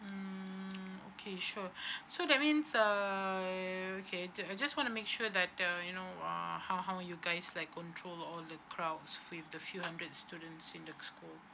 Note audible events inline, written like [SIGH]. mm [NOISE] okay sure so that means I okay I just wanna make sure that the you know uh how how you guys like control all the crowds with the few hundred students in the school